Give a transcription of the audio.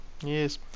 yes